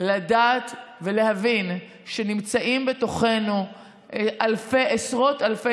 אנחנו חייבים לדעת ולהבין שנמצאות בתוכנו עשרות אלפי